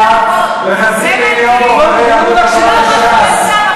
וחצי מיליון בוחרי יהדות התורה וש"ס.